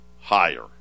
higher